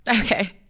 Okay